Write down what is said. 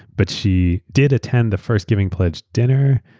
but she did attend the first giving pledge dinner.